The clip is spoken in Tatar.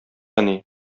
әни